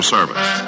Service